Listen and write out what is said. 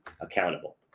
accountable